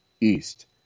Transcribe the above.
East